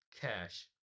Cash